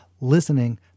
Listening